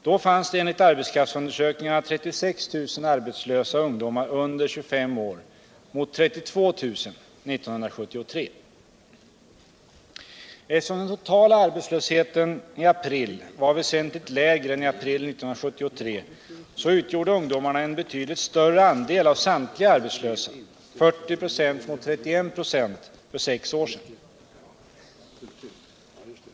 Då fanns det enligt arbetskraftsundersökningarna 36 000 arbetslösa ungdomar under 25 år mot 32 000 år 1973. Eftersom den totala arbetslösheten i april var väsentligt lägre än i april 1973, utgjorde ungdomarna en betydligt större andel av samtliga arbetslösa — 40 26 mot 31 6 för sex år sedan.